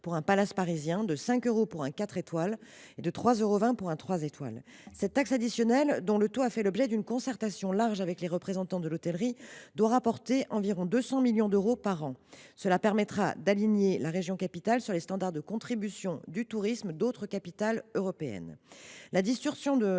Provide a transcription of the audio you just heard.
pour un palace parisien, de 5 euros pour un hôtel quatre étoiles et de 3,20 euros pour un trois étoiles. Cette taxe additionnelle, dont le taux a fait l’objet d’une large concertation avec les représentants de l’hôtellerie, doit rapporter environ 200 millions d’euros par an. Cela permettra d’aligner la région capitale sur les standards d’autres capitales européennes